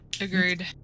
Agreed